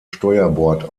steuerbord